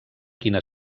quina